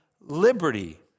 liberty